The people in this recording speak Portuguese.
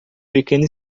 pequeno